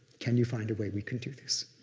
can you find a way we can do this?